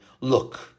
look